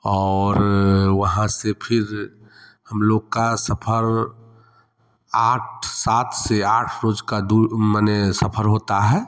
और वहाँ से फिर हम लोग का सफर आठ सात से आठ रोज का दूर मने सफर होता है